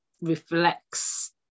reflects